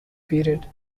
period